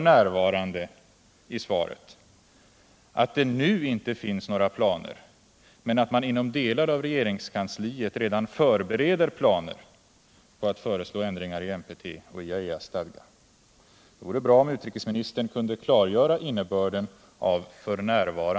n.” i svaret att det nu inte finns några planer men att man inom delar av regeringskansliet redan förbereder planer på att föreslå ändringar i NPT och IAEA:s stadga? Det vore bra om utrikesministern kunde klargöra innebörden av ”f.